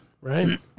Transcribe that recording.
Right